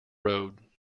road